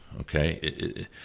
okay